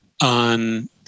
on